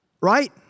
right